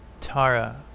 Tara